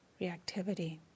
reactivity